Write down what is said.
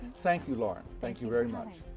thank you, lauren. thank you very much.